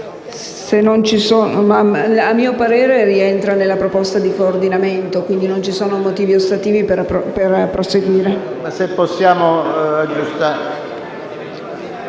a mio parere rientra nella proposta di coordinamento, quindi non ci sono motivi ostativi a proseguire.